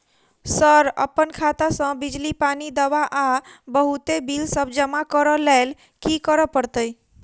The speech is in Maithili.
सर अप्पन खाता सऽ बिजली, पानि, दवा आ बहुते बिल सब जमा करऽ लैल की करऽ परतै?